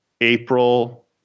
April